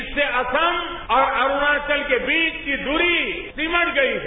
इससे असम और अरूणाचल के बीच की दूरी सिमट गई है